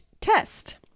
test